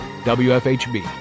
WFHB